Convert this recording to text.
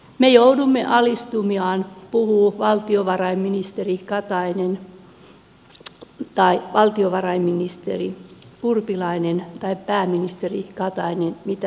me joudumme alistumaan puhuu valtiovarainministeri urpilainen tai pääministeri katainen mitä tahansa